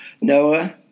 Noah